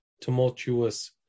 tumultuous